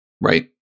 Right